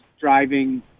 driving